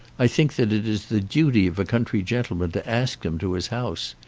i think that it is the duty of a country gentleman to ask them to his house.